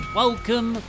welcome